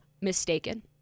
mistaken